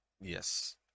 Yes